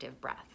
breath